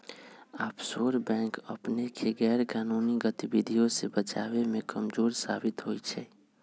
offshore bank अपनेके गैरकानूनी गतिविधियों से बचाबे में कमजोर साबित होइ छइ